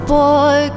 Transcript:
boy